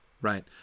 right